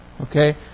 Okay